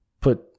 put